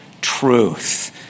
truth